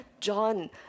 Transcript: John